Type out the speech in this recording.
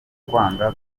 kwanga